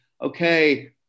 okay